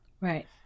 Right